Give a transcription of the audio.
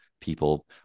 people